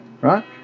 right